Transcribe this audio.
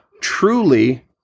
truly